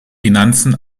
finanzen